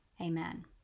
Amen